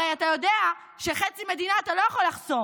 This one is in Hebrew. הרי אתה יודע שחצי מדינה אתה לא יכול לחסום.